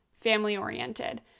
family-oriented